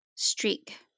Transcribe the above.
Streak